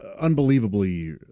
unbelievably